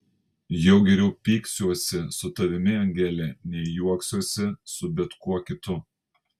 jau geriau pyksiuosi su tavimi angele nei juoksiuosi su bet kuo kitu